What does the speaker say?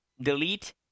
delete